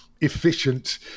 efficient